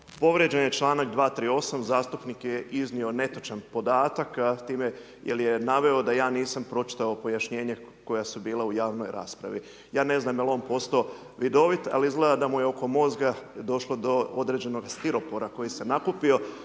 Povrijeđen je čl. 238. zastupnik je iznio netočan podatak, s time jer je naveo da ja nisam pročitao pojašnjenje koja su bila u javnom raspravi. Ja ne znam jel on postao vidovit, ali izgleda da mu je oko mozga došlo do određenog stiropora koji se je nakupio,